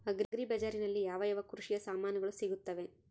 Agri ಬಜಾರಿನಲ್ಲಿ ಯಾವ ಯಾವ ಕೃಷಿಯ ಸಾಮಾನುಗಳು ಸಿಗುತ್ತವೆ?